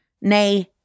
nay